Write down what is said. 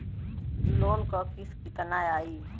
Loan क किस्त कितना आई?